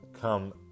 come